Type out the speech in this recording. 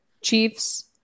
Chiefs